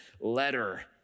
letter